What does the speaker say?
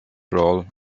role